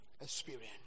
experience